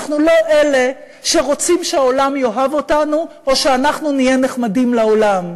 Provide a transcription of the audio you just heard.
אנחנו לא אלה שרוצים שהעולם יאהב אותנו או שאנחנו נהיה נחמדים לעולם.